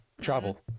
travel